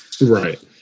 right